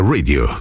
Radio